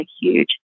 huge